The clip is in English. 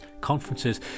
conferences